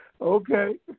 Okay